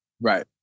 right